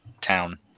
town